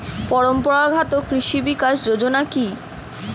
পরম্পরা ঘাত কৃষি বিকাশ যোজনা কি?